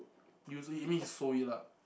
used he it mean he sold it lah